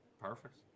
perfect